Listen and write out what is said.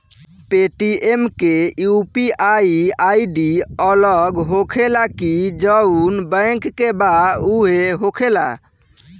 Paytm के UPI ID अलग होखेला की जाऊन बैंक के बा उहे होखेला?